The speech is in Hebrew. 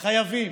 חייבים